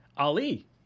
Ali